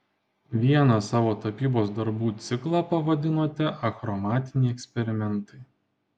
vieną savo tapybos darbų ciklą pavadinote achromatiniai eksperimentai